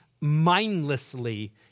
mindlessly